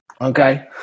Okay